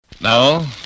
Now